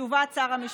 תשובת שר המשפטים.